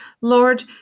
Lord